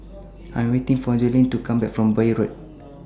I Am waiting For Joellen to Come Back from Bury Road